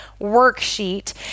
worksheet